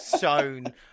shown